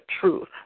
truth